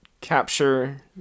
capture